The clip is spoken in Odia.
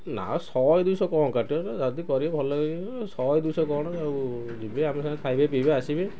ନା ଶହେ ଦୁଇଶହ କ'ଣ କାଟିବ ଯଦି କରିବେ ଭଲ ଲାଗିବ ଶହେ ଦୁଇଶହ କ'ଣ ଆଉ ଯିବେ ଆମ ସାଙ୍ଗରେ ଖାଇବେ ପିଇବେ ଆସିବେ